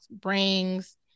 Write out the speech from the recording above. brings